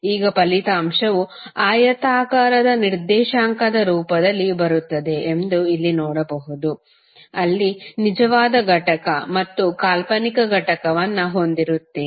ಈಗ ಫಲಿತಾಂಶವು ಆಯತಾಕಾರದ ನಿರ್ದೇಶಾಂಕದ ರೂಪದಲ್ಲಿ ಬರುತ್ತದೆ ಎಂದು ಇಲ್ಲಿ ನೋಡಬಹುದು ಅಲ್ಲಿ ನಿಜವಾದ ಘಟಕ ಮತ್ತು ಕಾಲ್ಪನಿಕ ಘಟಕವನ್ನು ಹೊಂದಿರುತ್ತೀರಿ